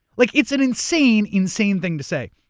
like it's an insane, insane thing to say.